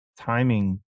timing